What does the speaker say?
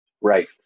Right